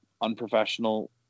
unprofessional